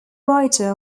writer